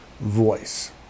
voice